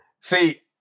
See